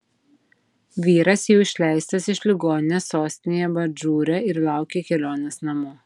vyras jau išleistas iš ligoninės sostinėje madžūre ir laukia kelionės namo